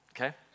okay